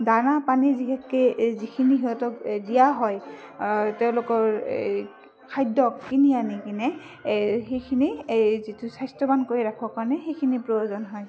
দানা পানী বিশেষকৈ এই যিখিনি সিহঁতক দিয়া হয় তেওঁলোকৰ এই খাদ্য কিনি আনি কিনে এই সেইখিনি যিটো স্বাস্থ্যৱান কৰি ৰাখিবৰ কাৰণে সেইখিনি প্ৰয়োজন হয়